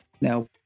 now